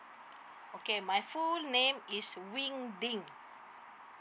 okay my full name is wing ding